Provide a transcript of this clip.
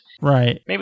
Right